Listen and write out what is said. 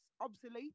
obsolete